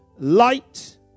Light